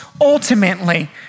ultimately